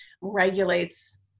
regulates